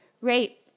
rape